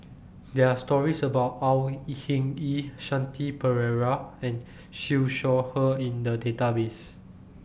there're stories about Au Hing Yee Shanti Pereira and Siew Shaw Her in The Database